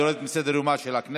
והיא יורדת מסדר-יומה של הכנסת.